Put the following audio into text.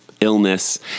illness